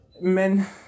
Men